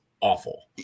awful